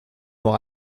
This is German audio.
nur